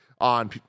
on